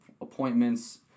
appointments